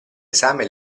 esame